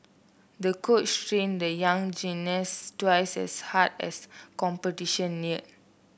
the coach trained the young gymnast twice as hard as competition neared